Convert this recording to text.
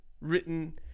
written